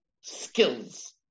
skills